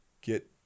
get